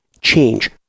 change